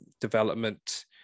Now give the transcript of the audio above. development